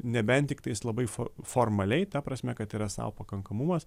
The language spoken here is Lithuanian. nebent tiktais labai formaliai ta prasme kad yra sau pakankamumas